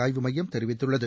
ஆய்வு மையம் தெரிவித்துள்ளது